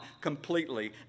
completely